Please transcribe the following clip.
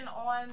on